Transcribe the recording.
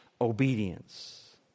obedience